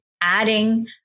adding